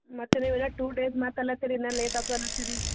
ಮತ್ತೆ ನೀವು ಇನ್ನೂ ಟು ಡೇಸ್ ಮಾತನ್ನುತ್ತೀರಿ ಇನ್ನೂ ಲೇಟ್ ಆತದೆ ಅನ್ನುತ್ತೀರಿ